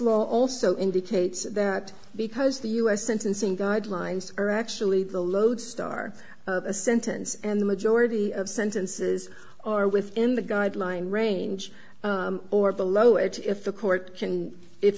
law also indicates that because the u s sentencing guidelines are actually the lodestar of a sentence and the majority of sentences are within the guidelines range or below it if the court can if